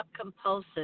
compulsive